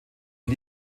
der